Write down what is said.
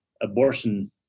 abortion